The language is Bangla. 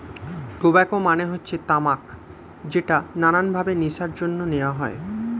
টোবাকো মানে হচ্ছে তামাক যেটা নানান ভাবে নেশার জন্য নেওয়া হয়